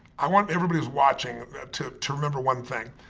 i want everybody who's watching to to remember one thing.